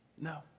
No